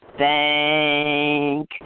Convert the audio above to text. thank